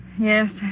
Yes